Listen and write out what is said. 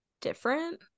different